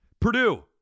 Purdue